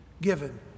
given